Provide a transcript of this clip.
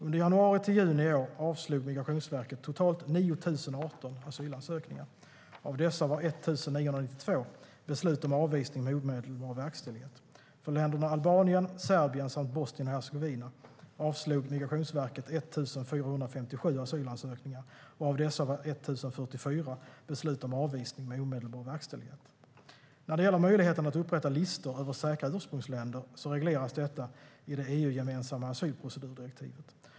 Från januari till juni i år avslog Migrationsverket totalt 9 018 asylansökningar. Av dessa var 1 992 beslut om avvisning med omedelbar verkställighet. För länderna Albanien, Serbien samt Bosnien och Hercegovina avslog Migrationsverket 1 457 asylansökningar, och av dessa var 1 044 beslut om avvisning med omedelbar verkställighet. När det gäller möjligheten att upprätta listor över säkra ursprungsländer regleras det i det EU-gemensamma asylprocedurdirektivet.